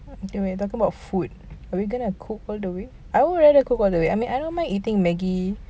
we talking about food are we going to cook all the way I would rather cook all the way I mean I don't mind eating maggi